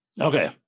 Okay